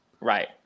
Right